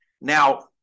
Now